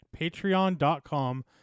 patreon.com